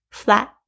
flat